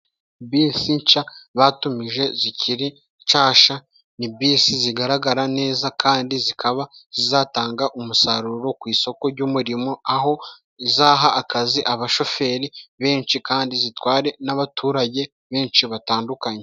Bisi nsha batumije zikiri nshasha, ni Bisi zigaragara neza kandi zikaba zizatanga umusaruro ku isoko ry'umurimo, aho izaha akazi abashoferi benshi kandi zitware n'abaturage benshi batandukanye.